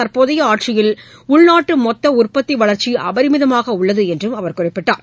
தற்போதைய ஆட்சியில் உள்நாட்டு மொத்த உற்பத்தி வளர்ச்சி அபரிமிதமாக உள்ளது என்றும் கூறினார்